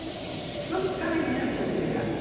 sometime after that,